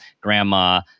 grandma